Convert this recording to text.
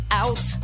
out